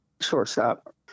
shortstop